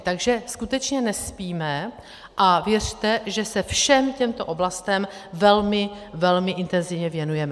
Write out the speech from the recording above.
Takže skutečně nespíme a věřte, že se všem těmto oblastem velmi, velmi intenzivně věnujeme.